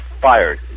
fired